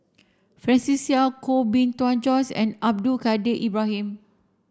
Francis Seow Koh Bee Tuan Joyce and Abdul Kadir Ibrahim